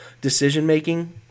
decision-making